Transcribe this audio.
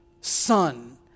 son